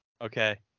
Okay